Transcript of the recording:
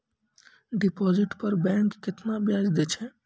Deposit पर bank केतना ब्याज दै छै?